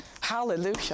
Hallelujah